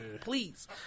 please